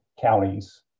counties